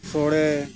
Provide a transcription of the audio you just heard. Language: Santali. ᱥᱚᱲᱮ